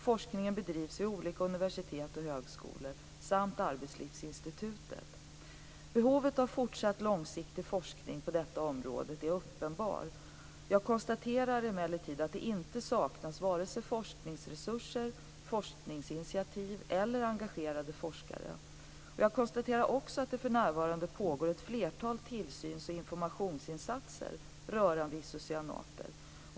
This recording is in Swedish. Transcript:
Forskningen bedrivs vid olika universitet och högskolor samt Arbetslivsinstitutet. Behovet av fortsatt långsiktig forskning på området är uppenbart. Jag konstaterar emellertid att det inte saknas vare sig forskningsresurser, forskningsinitiativ eller engagerade forskare. Jag konstaterar också att det för närvarande pågår ett flertal tillsyns och informationsinsatser rörande isocyanater.